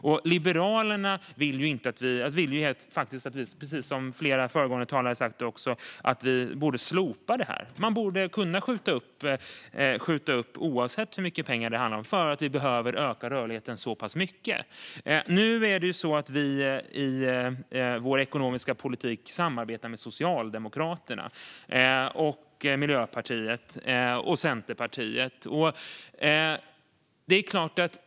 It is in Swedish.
Vad Liberalerna vill är, precis som flera föregående talare har sagt, att vi slopar det här. Man borde kunna skjuta upp det oavsett hur mycket pengar det handlar om - så pass mycket behöver vi öka rörligheten. Nu är det så att vi i vår ekonomiska politik samarbetar med Socialdemokraterna, Miljöpartiet och Centerpartiet.